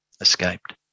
escaped